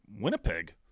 Winnipeg